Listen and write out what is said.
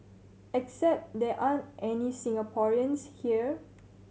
except there aren't any Singaporeans here